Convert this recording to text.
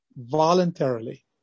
voluntarily